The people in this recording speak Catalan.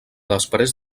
després